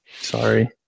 Sorry